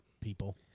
people